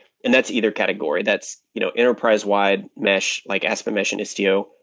and that's either category, that's you know enterprise wide mesh, like aspen mesh and istio,